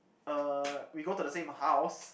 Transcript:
uh we go to the same house